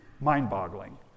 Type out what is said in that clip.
mind-boggling